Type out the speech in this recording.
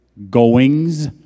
goings